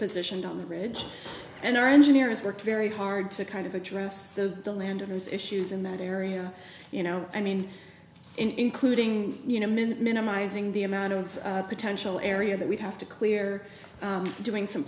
positioned on the bridge and our engineers work very hard to kind of address the landowners issues in that area you know i mean including you know minute minimizing the amount of potential area that we have to clear doing some